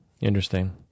Interesting